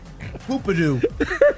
Poopadoo